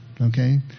okay